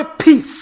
peace